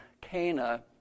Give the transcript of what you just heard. Cana